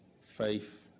faith